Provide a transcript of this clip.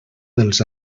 dels